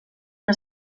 que